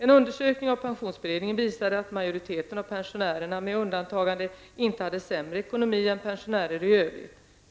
En undersökning av pensionsberedningen visade att majoriteten av pensionärerna med undantagande inte hade sämre ekonomi än pensionärer i övrigt.